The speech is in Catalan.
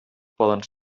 poden